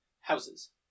houses